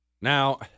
Now